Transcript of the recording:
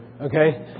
Okay